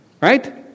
Right